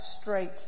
straight